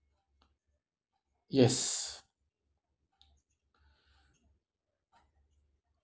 yes